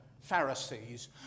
Pharisees